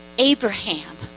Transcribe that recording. Abraham